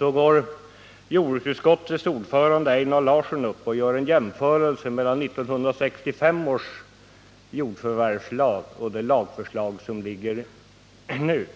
går jordbruksutskottets ordförande Einar Larsson upp och gör en jämförelse mellan 1965 års jordförvärvslag och det lagförslag som här föreligger.